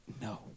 No